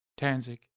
Tanzig